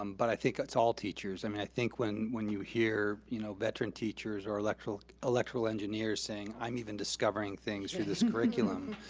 um but i think it's all teachers. i mean i think when when you hear you know veteran teachers or electrical electrical engineers saying, i'm even discovering things through this curriculum,